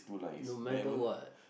no matter what